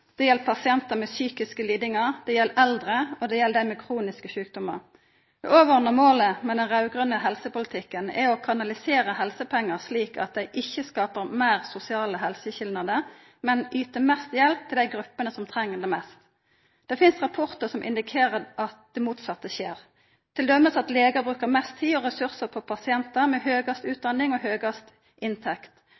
Det gjeld ruspasientar, pasientar med psykiske lidingar, det gjeld eldre og dei med kroniske sjukdomar. Det overordna målet med den raud-grøne helsepolitikken er å kanalisera helsepengane slik at dei ikkje skapar meir sosiale helseskilnader, men yter mest hjelp til dei gruppene som treng det mest. Det finst rapportar som indikerer at det motsette skjer, t.d. at legar brukar mest tid og ressursar på pasientar med høgast